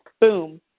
boom